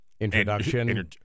introduction